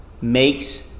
makes